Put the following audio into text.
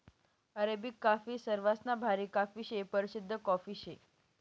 Arabic coffee सरवासमा भारी coffee शे, परशिद्ध कॉफी शे